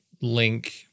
link